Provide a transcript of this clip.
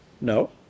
No